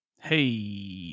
hey